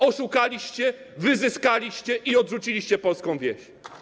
Oszukaliście, wyzyskaliście i odrzuciliście polską wieś.